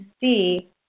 see